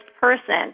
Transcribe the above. person